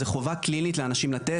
זה חובה כללית לאנשים לתת.